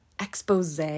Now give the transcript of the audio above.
expose